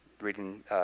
reading